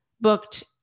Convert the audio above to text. booked